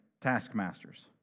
taskmasters